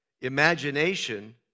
Imagination